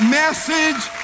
message